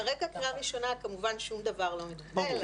כרגע בקריאה ראשונה כמובן שום דבר לא מתבטל,